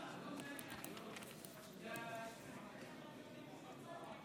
תודה רבה, חבר הכנסת סובה.